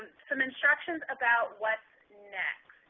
some instructions about what's next,